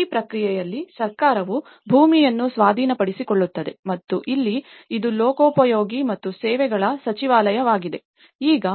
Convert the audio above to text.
ಈ ಪ್ರಕ್ರಿಯೆಯಲ್ಲಿ ಸರ್ಕಾರವು ಭೂಮಿಯನ್ನು ಸ್ವಾಧೀನಪಡಿಸಿಕೊಳ್ಳುತ್ತದೆ ಮತ್ತು ಇಲ್ಲಿ ಅದು ಲೋಕೋಪಯೋಗಿ ಮತ್ತು ಸೇವೆಗಳ ಸಚಿವಾಲಯವಾಗಿದೆ ಈಗ